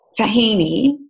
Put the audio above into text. tahini